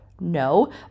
no